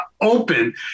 open